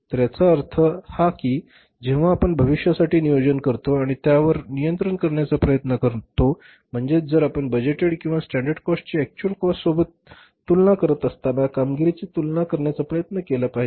तर याचा अर्थ हा कि जेव्हा आपण भविष्यासाठी नियोजन करतो आणि त्यावर नियंत्रण करण्याचा प्रयत्न करतो म्हणजे जर आपण बजेटेड किंवा सॅन्डर्ड कॉस्ट ची एक्चुअल कॉस्ट सोबत त्याची तुलना करत असताना कामगिरीची तुलना करण्याचा प्रयत्न केला पाहिजे